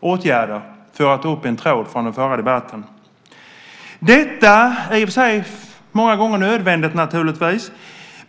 åtgärder, för att ta upp en tråd från den förra debatten. Detta är i och för sig många gånger nödvändigt.